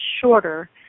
shorter